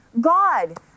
God